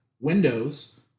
windows